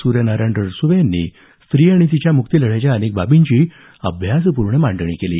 सूर्यनारायण रणसुभे यांनी स्त्री आणि तिच्या मुक्ती लढ्याच्या अनेक बाबींची अभ्यासपूर्ण मांडणी केली